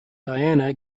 diana